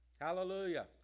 Hallelujah